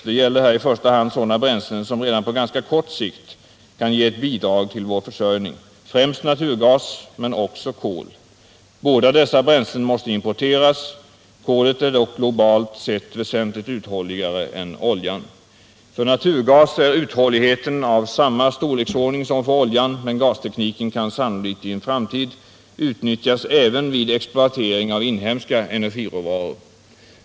Det gäller här i första hand sådana bränslen som redan på ganska kort sikt kan ge bidrag till vår försörjning, främst naturgas men också kol. Båda dessa bränslen måste importeras. Kolet är dock globalt sett väsentligt uthålligare än oljan. För naturgas är uthålligheten av samma storleksordning som för oljan, men gastekniken kan sannolikt i en framtid utnyttjas även vid exploatering av inhemska energiråvaror.